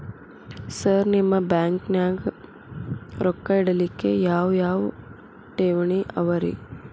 Sir ನಿಮ್ಮ ಬ್ಯಾಂಕನಾಗ ರೊಕ್ಕ ಇಡಲಿಕ್ಕೆ ಯಾವ್ ಯಾವ್ ಠೇವಣಿ ಅವ ರಿ?